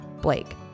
Blake